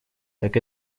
так